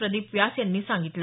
प्रदीप व्यास यांनी सांगितलं